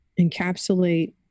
encapsulate